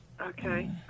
Okay